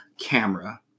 camera